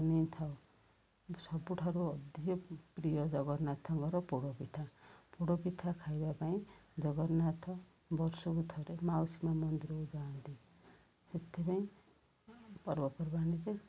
ନେଇଥାଉ ସବୁଠାରୁ ଅଧିକ ପ୍ରିୟ ଜଗନ୍ନାଥଙ୍କର ପୋଡ଼ ପିଠା ପୋଡ଼ପିଠା ଖାଇବା ପାଇଁ ଜଗନ୍ନାଥ ବର୍ଷକୁ ଥରେ ମାଉସୀ ମା ମନ୍ଦିରକୁ ଯାଆନ୍ତି ସେଥିପାଇଁ ପର୍ବପର୍ବାଣୀରେ